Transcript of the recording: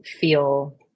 feel